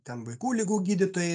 ten vaikų ligų gydytojai